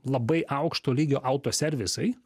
labai aukšto lygio autoservisai